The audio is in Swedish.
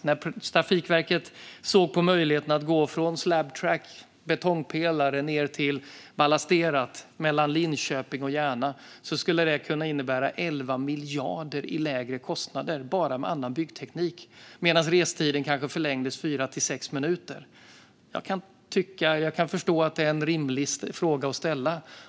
När Trafikverket såg på möjligheten att gå från slab track, betongpelare, till ballasterat mellan Linköping och Järna visade det sig att denna ändrade byggteknik skulle kunna innebära 11 miljarder i lägre kostnader - medan restiden förlängdes kanske fyra till sex minuter. Jag kan förstå att detta är en rimlig fråga att ställa.